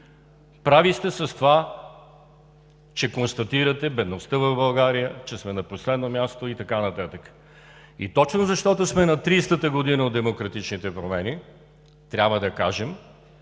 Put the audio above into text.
Прави сте с това, че констатирате бедността в България, че сме на последно място и така нататък. Точно, защото сме на 30-та година от демократичните промени, трябва да кажем,